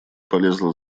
полезла